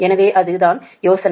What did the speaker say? எனவே அது தான் யோசனை